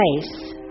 place